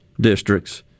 districts